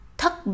thất